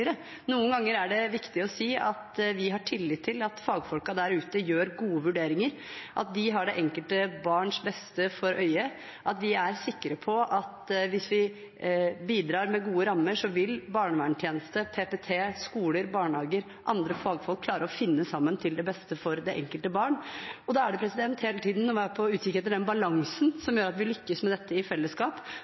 Noen ganger er det viktig å si at vi har tillit til at fagfolkene der ute gjør gode vurderinger, at de har det enkelte barns beste for øye, at de er sikre på at hvis vi bidrar med gode rammer, vil barnevernstjeneste, PPT, skoler, barnehager og andre fagfolk klare å finne sammen til det beste for det enkelte barn. Da gjelder det hele tiden å være på utkikk etter den balansen som gjør at vi lykkes med dette i fellesskap.